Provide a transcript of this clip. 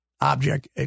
object